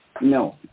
No